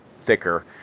thicker